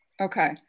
Okay